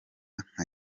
nka